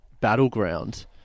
battleground